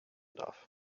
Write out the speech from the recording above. darf